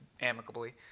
amicably